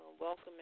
Welcome